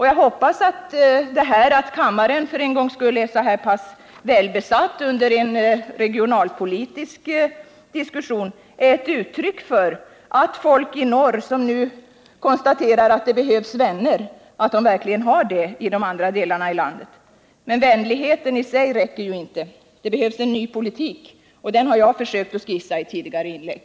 Jag hoppas att det förhållandet att kammaren för en gångs skull är så pass välbesatt under en regionalpolitisk diskussion som nu är fallet är ett uttryck för att folk i norr, som nu konstaterar att de behöver vänner, verkligen har sådana i de andra delarna av landet. Men vänligheten i sig räcker inte, utan det behövs en ny politik. En sådan har jag försökt skissera i ett tidigare inlägg.